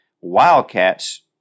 Wildcats